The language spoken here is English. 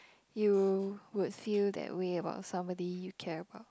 you would feel that way about somebody you care about